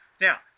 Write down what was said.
Now